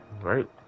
right